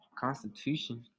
constitution